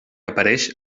apareix